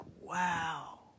wow